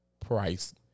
price